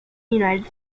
united